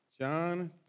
John